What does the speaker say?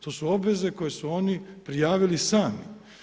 To su obveze koje su oni prijavili sami.